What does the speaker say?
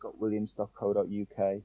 scottwilliams.co.uk